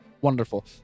Wonderful